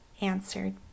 answered